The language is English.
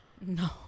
No